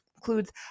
Includes